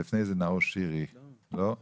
לפני כן, נאור שירי, בבקשה.